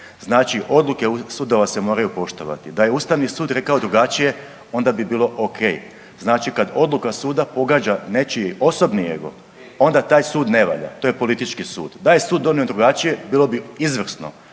Znači odluke sudova se moraju poštovati. Da je Ustavni sud rekao drugačije, onda bi bilo o.k. Znači kad odluka suda pogađa nečiji osobni ego, onda taj sud ne valja, to je politički sud. Da je sud donio drugačije bilo bi izvrsno.